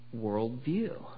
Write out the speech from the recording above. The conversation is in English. worldview